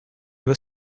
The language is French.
vois